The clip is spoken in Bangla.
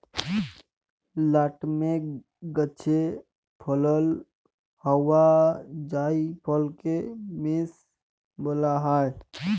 লাটমেগ গাহাচে ফলল হউয়া জাইফলকে মেস ব্যলা হ্যয়